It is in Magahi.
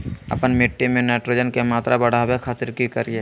आपन मिट्टी में नाइट्रोजन के मात्रा बढ़ावे खातिर की करिय?